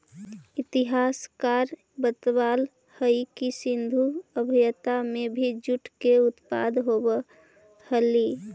इतिहासकार बतलावऽ हई कि सिन्धु सभ्यता में भी जूट के उत्पादन होवऽ हलई